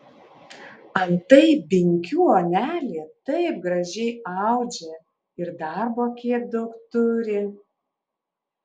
antai binkių onelė taip gražiai audžia ir darbo kiek daug turi